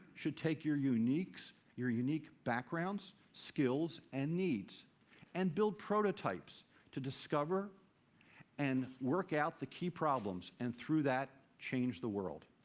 should take your unique so your unique backgrounds, skills and needs and build prototypes to discover and work out the key problems, and through that, change the world.